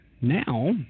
now